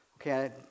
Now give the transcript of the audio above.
Okay